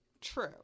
True